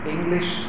English